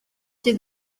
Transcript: sydd